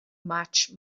much